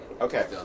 Okay